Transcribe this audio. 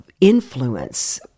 influence